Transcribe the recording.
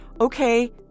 okay